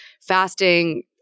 fasting